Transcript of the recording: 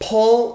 Paul